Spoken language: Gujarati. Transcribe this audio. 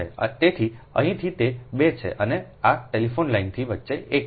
તેથી અહીંથી તે 2 છે અને આ ટેલિફોન લાઇનની વચ્ચે 1 છે